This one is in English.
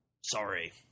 Sorry